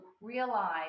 realize